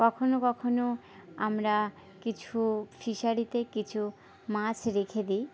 কখনও কখনও আমরা কিছু ফিশারিতে কিছু মাছ রেখে দিই